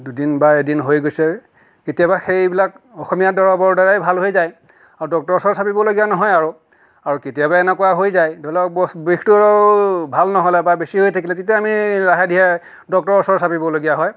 দুদিন বা এদিন হৈ গৈছে কেতিয়াবা সেইবিলাক অসমীয়া দৰবৰ দ্বাৰাই ভাল হৈ যায় আৰু ডক্তৰৰ ওচৰ চাপিবলগীয়া নহয় আৰু আৰু কেতিয়াবা এনেকুৱা হৈ যায় ধৰি লওক বিষটো ভাল নহ'লে বা বেছি হৈ থাকিলে তেতিয়া আমি লাহে ধীৰে ডক্তৰৰ ওচৰ চাপিবলগীয়া হয়